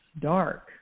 dark